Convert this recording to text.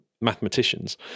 mathematicians